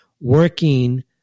working